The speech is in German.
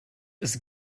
ist